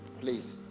please